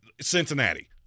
Cincinnati